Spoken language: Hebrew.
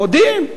מודים.